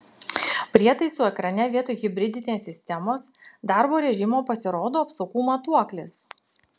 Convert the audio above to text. prietaisų ekrane vietoj hibridinės sistemos darbo režimo pasirodo apsukų matuoklis